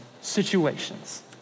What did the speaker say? situations